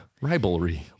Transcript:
rivalry